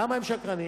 למה הם שקרנים?